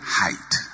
height